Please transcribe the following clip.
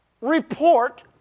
report